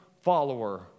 follower